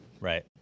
Right